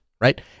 right